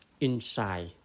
inside